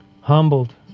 humbled